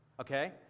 okay